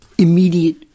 Immediate